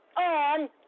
on